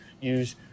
use